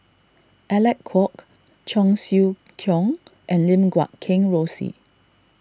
Alec Kuok Cheong Siew Keong and Lim Guat Kheng Rosie